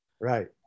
Right